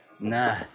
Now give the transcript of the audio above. Nah